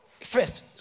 first